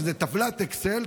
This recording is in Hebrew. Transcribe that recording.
שזה טבלת אקסל,